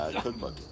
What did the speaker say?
Cookbook